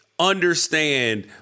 understand